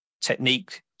technique